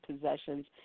possessions